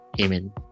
amen